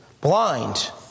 Blind